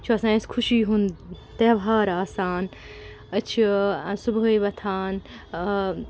یہِ چھُ آسان اَسہِ خوٚشی ہُنٛد تیوہار آسان أسۍ چھِ صُبحٲے وۅتھان